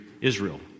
Israel